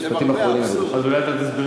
למרבה האבסורד.